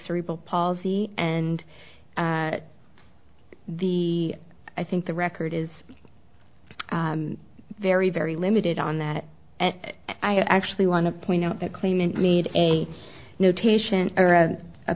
cerebral palsy and the i think the record is very very limited on that and i actually want to point out that claimant made a notation or at a